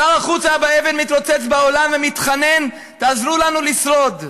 שר החוץ אבא אבן מתרוצץ בעולם ומתחנן: תעזרו לנו לשרוד.